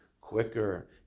quicker